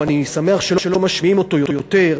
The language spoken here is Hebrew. אני שמח שלא משמיעים אותו יותר,